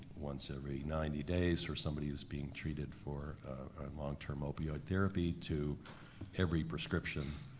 once every ninety days for somebody who's being treated for long-term opioid therapy to every prescription,